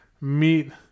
meet